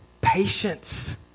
patience